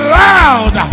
loud